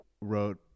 wrote